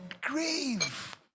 grave